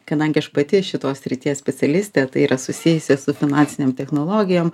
kadangi aš pati šitos srities specialistė tai yra susijusias su finansinėm technologijom